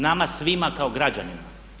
Nama svima kao građanima.